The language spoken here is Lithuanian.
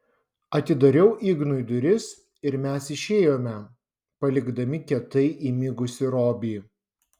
atidariau ignui duris ir mes išėjome palikdami kietai įmigusį robį